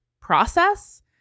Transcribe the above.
process